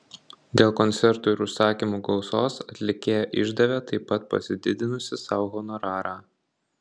dėl koncertų ir užsakymų gausos atlikėja išdavė taip pat pasididinusi sau honorarą